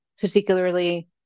particularly